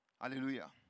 Hallelujah